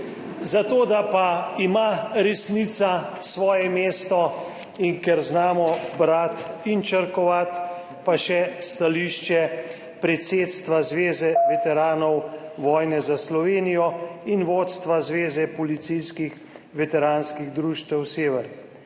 Za to, da ima resnica svoje mesto, in ker znamo brati in črkovati, pa še stališče predsedstva Zveze veteranov vojne za Slovenijo in vodstva Zveze policijskih veteranskih društev Sever.